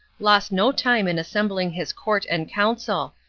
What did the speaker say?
lost no time in assembling his court and council,